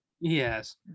Yes